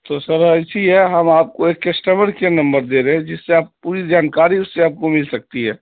تو سر ایسی ہے ہم آپ کو ایک کسٹمر کیئر نمبر دے رہے ہیں جس سے آپ پوری جان کاری اس سے آپ کو مل سکتی ہے